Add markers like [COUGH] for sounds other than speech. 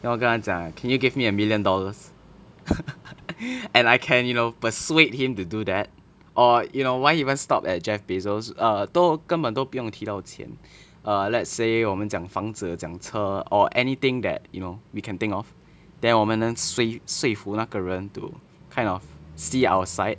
then 我跟他讲 can you give me a million dollars [LAUGHS] and I can you know persuade him to do that or you know why even stop at jeff bezos err 都根本都不用提到钱 err let's say 我们讲房子讲车 or anything that you know we can think of then 我们能说说服那个人 to kind of see our side